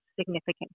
significant